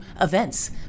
events